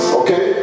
okay